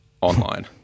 online